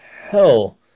hell